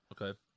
Okay